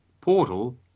Portal